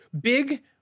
big